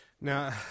Now